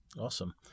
Awesome